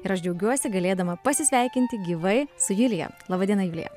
ir aš džiaugiuosi galėdama pasisveikinti gyvai su julija laba diena julija